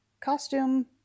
costume